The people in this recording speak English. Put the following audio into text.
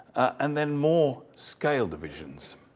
and then more scale divisions.